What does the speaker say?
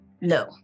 No